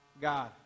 God